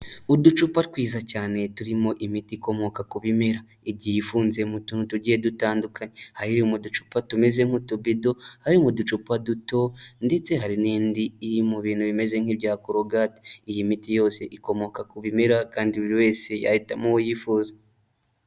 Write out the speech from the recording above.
Uducupa twiza cyane turimo imiti ikomoka ku bimera, igiye ifunze mu tuntu tugiye dutandukanye, hari iri mu ducupa tumeze nk'utubido, hari iri mu ducupa duto, ndetse hari n'indi iri mu bintu bimeze nk'ibya korogate, iyi miti yose ikomoka ku bimera kandi buri wese yahitamo uwo yifuza.